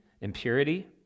impurity